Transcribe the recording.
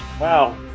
Wow